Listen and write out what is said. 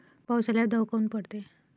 पाऊस आल्यावर दव काऊन पडते?